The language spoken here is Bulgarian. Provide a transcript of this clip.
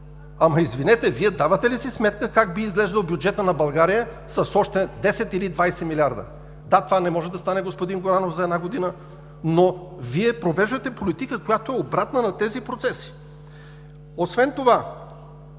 Ама, извинете, Вие давате ли си сметка как би изглеждал бюджетът на България с още 10 или 20 милиарда?! Да, това не може да стане за една година, господин Горанов, но Вие провеждате политика, която е обратна на тези процеси. При тези